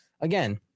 again